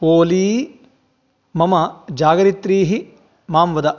ओली मम जागरित्रीः मां वद